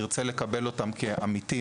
הוא ירצה לקבל אותם כעמיתים,